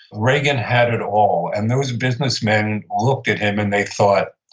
reagan had it all. and those businessmen looked at him, and they thought,